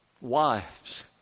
wives